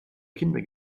kinder